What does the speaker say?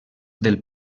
del